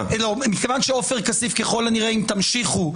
אם תמשיכו,